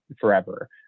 forever